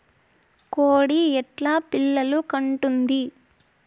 కోడి ఎట్లా పిల్లలు కంటుంది?